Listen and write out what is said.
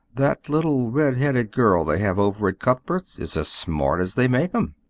that little redheaded girl they have over at cuthbert's is as smart as they make em.